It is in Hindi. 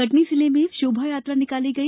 कटनी जिले में शोभा यात्रा निकाली गई